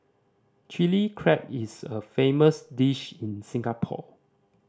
Chilli Crab is a famous dish in Singapore